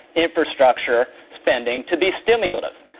infrastructure spending to be stimulative,